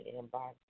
inbox